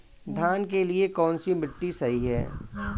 धान के लिए कौन सी मिट्टी सही है?